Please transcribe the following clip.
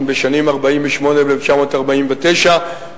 בשנים 1948 ו-1949,